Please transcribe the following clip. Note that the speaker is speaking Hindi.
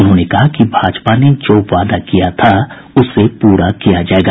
उन्होंने कहा कि भाजपा ने जो वादा किया था उसे पूरा किया जायेगा